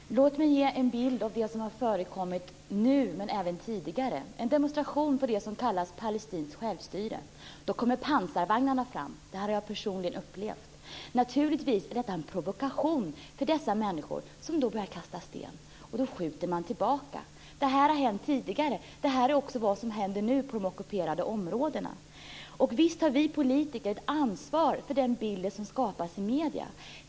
Herr talman! Låt mig ge en bild av det som har förekommit nu men även tidigare. Det är en demonstration på det som kallas palestinskt självstyre. Pansarvagnarna kommer fram; det har jag personligen upplevt. Detta är naturligtvis en provokation för dessa människor som då börjar kasta sten, och då skjuter man tillbaka. Det här har hänt tidigare. Det här är också vad som händer nu på de ockuperade områdena. Visst har vi politiker ett ansvar för den bild som skapas i medierna.